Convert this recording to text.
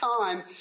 time